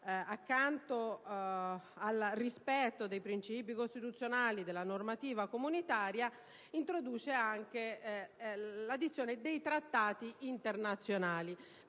accanto al rispetto dei principi costituzionali e della normativa comunitaria, anche la dizione «e dei trattati internazionaliۛ».